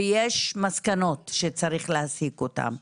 ויש מסקנות שצריך להסיק אותן.